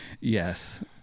Yes